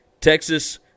Texas